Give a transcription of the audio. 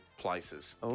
Places